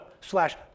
slash